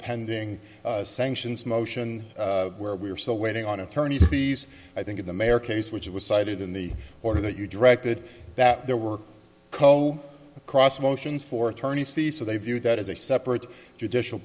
pending sanctions motion where we are still waiting on attorney fees i think of the mayor case which was cited in the order that you directed that there were co op across motions for attorney's fees so they view that as a separate judicial